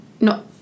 no